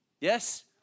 Yes